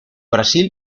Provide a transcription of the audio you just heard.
brasil